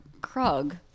Krug